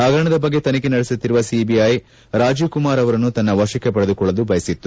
ಪಗರಣದ ಬಗ್ಗೆ ತನಿಖೆ ನಡೆಸುತ್ತಿರುವ ಸಿಬಿಐ ರಾಜೀವ್ ಕುಮಾರ್ ಅವರನ್ನು ತನ್ನ ವಶಕ್ಕೆ ಪಡೆದುಕೊಳ್ಳಲು ಬಯಸಿತ್ತು